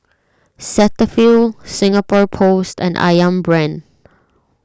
Cetaphil Singapore Post and Ayam Brand